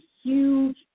huge